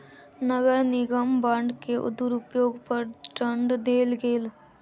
नगर निगम बांड के दुरूपयोग पर दंड देल गेल